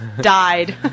died